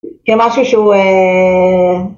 ‫כן, משהו שהוא...